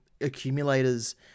accumulators